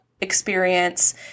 experience